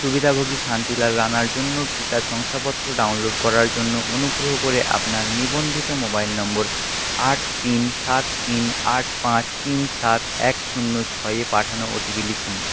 সুবিধাভোগী শান্তিলাল রাণার জন্য টিকা শংসাপত্র ডাউনলোড করার জন্য অনুগ্রহ করে আপনার নিবন্ধিত মোবাইল নম্বর আট তিন সাত তিন আট পাঁচ তিন সাত এক শূন্য ছয়ে পাঠানো ওটিপি লিখুন